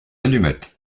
allumette